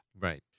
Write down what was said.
Right